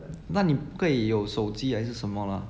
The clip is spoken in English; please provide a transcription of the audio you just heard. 那你不可以有手机还是什么 lah